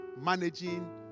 managing